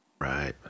Right